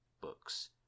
books